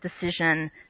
decision